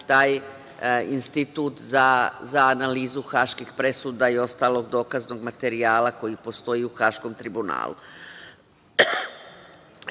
taj institut za analizu haških presuda i ostalog dokaznog materijala koji postoji u Haškom tribunalu.